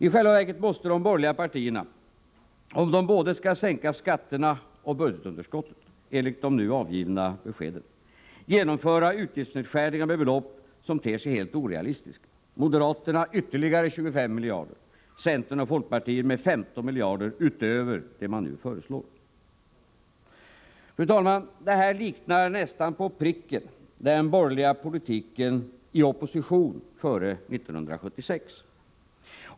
I själva verket måste de borgerliga partierna, om de både skall sänka skatterna och minska budgetunderskottet enligt de nu avgivna beskeden, genomföra utgiftsnedskärningar med belopp som ter sig helt orealistiska — moderaterna med ytterligare 25 miljarder, centern och folkpartiet med 15 miljarder utöver det man nu föreslår. Fru talman! Det här liknar nästan på pricken den borgerliga politiken i opposition före 1976.